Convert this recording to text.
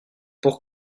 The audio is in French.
pour